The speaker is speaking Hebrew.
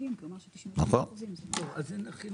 תודה רבה,